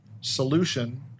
solution